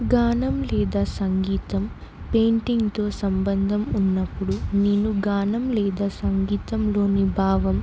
గానం లేదా సంగీతం పెయింటింగ్తో సంబంధం ఉన్నప్పుడు నేను గానం లేదా సంగీతంలోని భావం